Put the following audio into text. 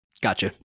Gotcha